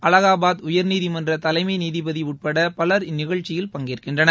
அலகாபாத் உயர்நீதிமன்ற தலைமை நீதிபதி உட்பட பலர் இந்நிகழ்ச்சியில் பங்கேற்கின்றனர்